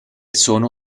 sono